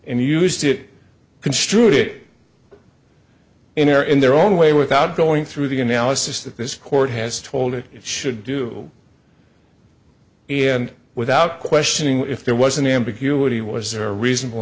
and used it construed it in there in their own way without going through the analysis that this court has told it should do and without questioning if there was an ambiguity was there a reasonable